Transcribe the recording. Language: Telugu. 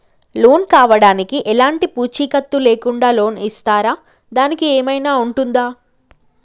లోన్ కావడానికి ఎలాంటి పూచీకత్తు లేకుండా లోన్ ఇస్తారా దానికి ఏమైనా ఉంటుందా?